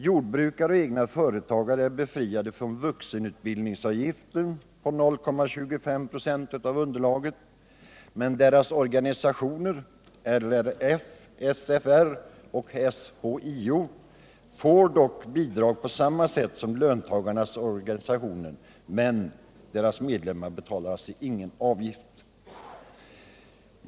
Jordbrukare och egna företagare är befriade från vuxenavgiften på 0,25 96 av underlaget. Deras organisationer RLF, SFR och SHIO får dock bidrag på samma sätt som löntagarnas organisationer, men medlemmarna betalar ingen avgift.